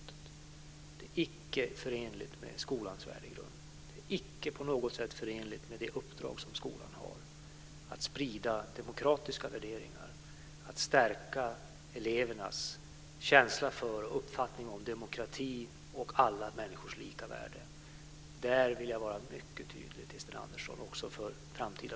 Det är inte förenligt med skolans värdegrund, och det är inte på något sätt förenligt med skolans uppdrag, nämligen att sprida demokratiska värderingar och att stärka elevernas känsla för och uppfattning om demokrati och alla människors lika värde. På denna punkt vill jag vara mycket tydlig till